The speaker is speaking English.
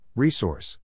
Resource